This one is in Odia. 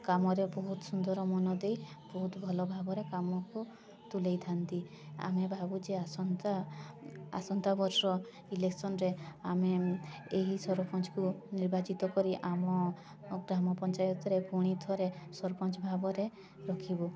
କାମରେ ବହୁତ ସୁନ୍ଦର ମନଦେଇ ବହୁତ ଭଲଭାବରେ କାମକୁ ତୁଲାଇ ଥାଆନ୍ତି ଆମେ ଭାବୁଛେ ଆସନ୍ତା ଆସନ୍ତା ବର୍ଷ ଇଲେକ୍ସନ୍ରେ ଆମେ ଏହି ସରପଞ୍ଚକୁ ନିର୍ବାଚିତ କରି ଆମ ଗ୍ରାମପଞ୍ଚାୟତରେ ପୁଣିଥରେ ସରପଞ୍ଚ ଭାବରେ ରଖିବୁ